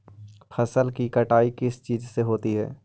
फसल की कटाई किस चीज से होती है?